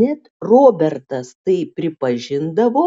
net robertas tai pripažindavo